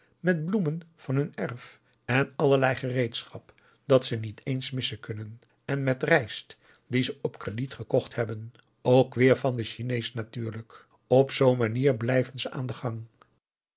met bloemen van hun erf en allerlei gereedschap dat ze niet eens missen kunnen en met rijst die ze op crediet gekocht hebben ook weer van den chinees natuurlijk op zoo'n manier blijven ze aan den gang